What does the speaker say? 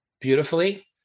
beautifully